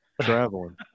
Traveling